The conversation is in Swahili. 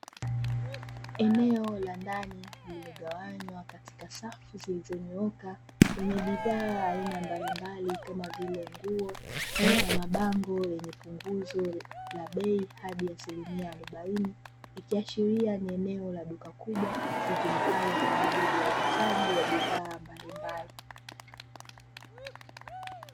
Eneo la ndani lililogawanywa katika safu zilizonyooka lenye bidhaa aina mbalimbali, kama vile nguo na mabango yenye punguzo la bei hadi asilimia arobaini, ikiashiria ni eneo la duka kubwa litumikalo kwa ajili ya uuzaji wa bidhaa mbalimbali.